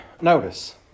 notice